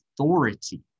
authority